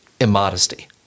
immodesty